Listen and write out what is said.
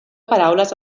paraules